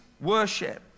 worship